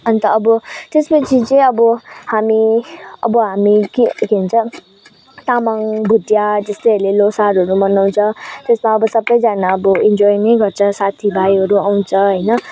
अन्त अब त्यसपछि चाहिँ अब हामी अब हामी के भन्छ तामाङ भोटिया जस्तैहरूले ल्होसारहरू मनाउँछ जस्तै अब सबैजना अब इन्जोय नै गर्छ साथीभाइहरू आउँछ होइन